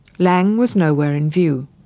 laing was nowhere in view.